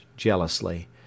Jealously